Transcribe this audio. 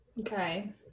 okay